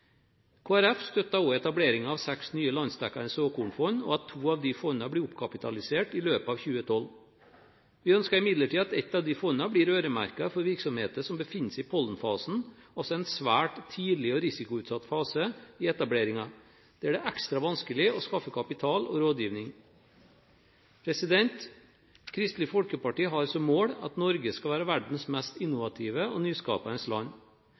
Folkeparti støtter også etableringen av seks nye landsdekkende såkornfond, og at to av disse fondene blir oppkapitalisert i løpet av 2012. Vi ønsker imidlertid at ett av disse fondene blir øremerket virksomheter som befinner seg i «pollenfasen», altså en svært tidlig og risikoutsatt fase i etableringen der det er ekstra vanskelig å skaffe kapital og rådgivning. Kristelig Folkeparti har som mål at Norge skal være verdens mest innovative og nyskapende land.